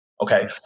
okay